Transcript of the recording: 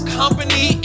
company